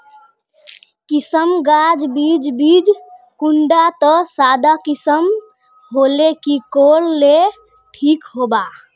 किसम गाज बीज बीज कुंडा त सादा किसम होले की कोर ले ठीक होबा?